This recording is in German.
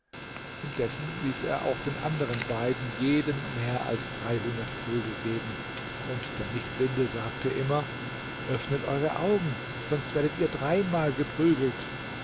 indessen ließ er auch den anderen beiden jedem mehr als dreihundert prügel geben und der nichtblinde sagte immer öffnet eure augen sonst werdet ihr dreimal geprügelt